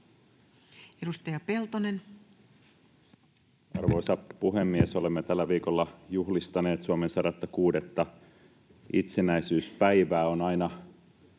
Edustaja Peltonen. Arvoisa puhemies! Olemme tällä viikolla juhlistaneet Suomen 106:tta itsenäisyyspäivää.